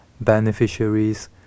beneficiaries